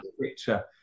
picture